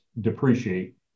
depreciate